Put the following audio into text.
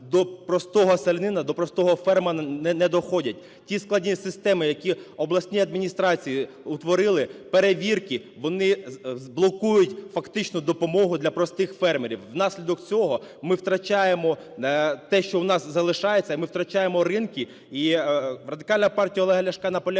до простого селянина, до простого фермера не ходять. Ті складні системи, які обласні адміністрації утворили, перевірки, вони блокують фактично допомогу для простих фермерів. Внаслідок цього ми втрачаємо те, що в нас залишається, і ми втрачаємо ринки.